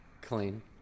clean